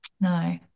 No